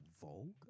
Vogue